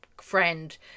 friend